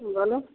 बोलू